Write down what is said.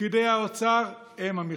פקידי האוצר הם מכשול,